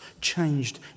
changed